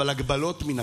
אלא הגבלות מינהליות: